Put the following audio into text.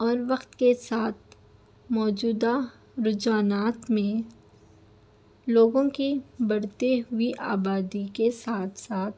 اور وقت کے ساتھ موجودہ رجحانات میں لوگوں کی بڑھتے ہوئے آبادی کے ساتھ ساتھ